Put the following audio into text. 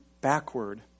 backward